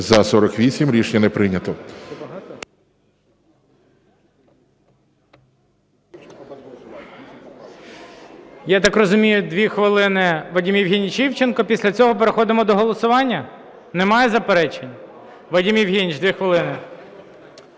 За-48 Рішення не прийнято.